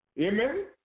Amen